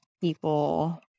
people